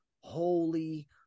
Holy